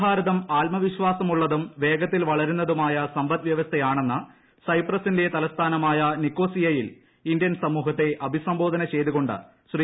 ഭാരതം ആത്മവിശ്വാസമുള്ളതുർ വേഗത്തിൽ നവ വളരുന്നതുമായ സമ്പദ് വ്യവസ്ഥയാട്ടണെന്ന് സൈപ്രസിന്റെ തലസ്ഥാനമായ നിക്കോസിയയിൽ ഇന്ത്യൻ സമൂഹത്തെ അഭിസംബോധന ചെയ്തു ക്രിാണ്ട് ശ്രീ